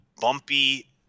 bumpy